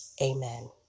Amen